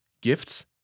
Gifts